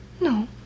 No